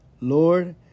Lord